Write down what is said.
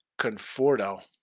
Conforto